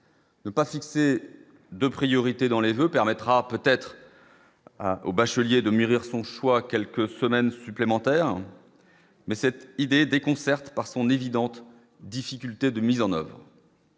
Ne pas fixé 2 priorités dans les voeux permettra peut-être aux bacheliers de mûrir son choix quelques semaines supplémentaires, mais cette idée déconcerte par son évidentes difficultés de mise en oeuvre.